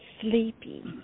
sleepy